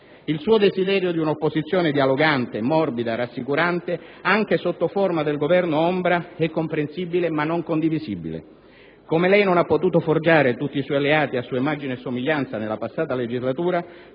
il suo desiderio di una opposizione dialogante, morbida, rassicurante, anche sotto forma di governo ombra, è comprensibile ma non condivisibile. Come lei non ha potuto forgiare tutti i suoi alleati a sua immagine e somiglianza nella passata legislatura,